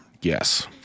Yes